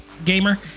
gamer